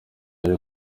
ari